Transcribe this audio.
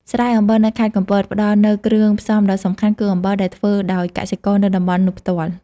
ស្រែអំបិលនៅខេត្តកំពត ផ្តល់នូវគ្រឿងផ្សំដ៏សំខាន់គឺអំបិលដែលធ្វើដោយកសិករនៅតំបន់នោះផ្ទាល់។។